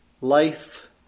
life